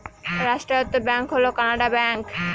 রাষ্ট্রায়ত্ত ব্যাঙ্ক হল কানাড়া ব্যাঙ্ক